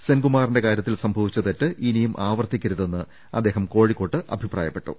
സെൻകുമാറിന്റെ കാര്യത്തിൽ സംഭവിച്ച തെറ്റ് ഇനിയും ആവർത്തിക്കരുതെന്ന് അദ്ദേഹം കോഴിക്കോട്ട് അഭി പ്രായപ്പെട്ടു